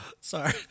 sorry